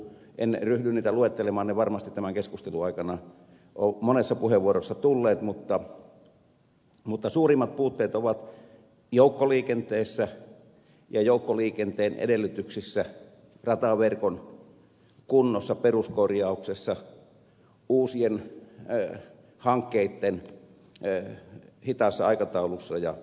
en ryhdy luettelemaan niitä asioita jotka sieltä puuttuvat ne varmasti tämän keskustelun aikana monessa puheenvuorossa ovat tulleet mutta suurimmat puutteet ovat joukkoliikenteessä ja joukkoliikenteen edellytyksissä rataverkon kunnossa peruskorjauksessa uusien hankkeitten hitaassa aikataulussa ja niin edelleen